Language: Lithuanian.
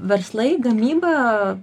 verslai gamyba